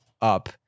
up